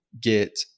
get